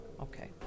Okay